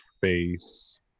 face